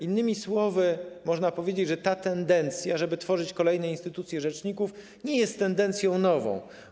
Innymi słowy można powiedzieć, że ta tendencja, żeby tworzyć kolejne instytucje rzeczników, nie jest tendencją nową.